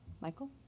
Michael